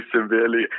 severely